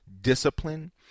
discipline